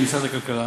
של משרד הכלכלה,